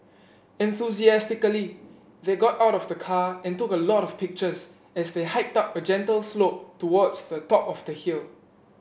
enthusiastically they got out of the car and took a lot of pictures as they hiked up a gentle slope towards the top of the hill